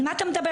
על מה אתה מדבר?